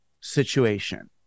situation